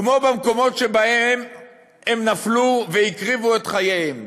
כמו במקומות שבהם הם נפלו והקריבו את חייהם,